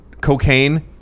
cocaine